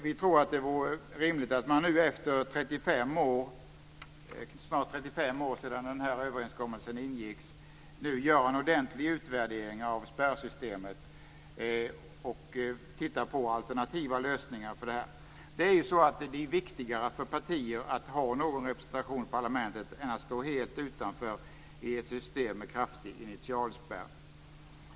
Vi tror att det vore rimligt att man nu, snart 35 år efter det att överenskommelsen ingicks, gör en ordentlig utredning av spärrsystemet och tittar på alternativa lösningar. Det är viktigare för partier att ha någon representation i parlamentet än att stå helt utanför i ett system med kraftig initialspärr.